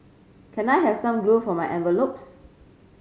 can I have some glue for my envelopes